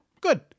Good